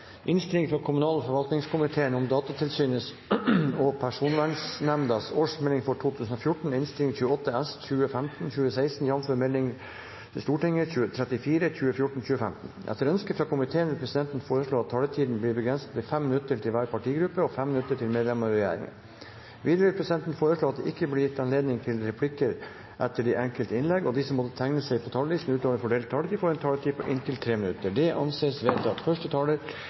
minutter til hver partigruppe og 5 minutter til medlem av regjeringen. Videre vil presidenten foreslå at det ikke blir gitt anledning til replikker etter de enkelte innlegg, og at de som måtte tegne seg på talerlisten utover den fordelte taletid, får en taletid på inntil 3 minutter. – Det anses vedtatt.